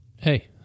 Hey